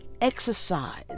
exercise